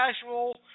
casual